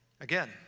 Again